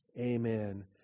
Amen